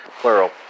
plural